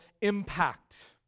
impact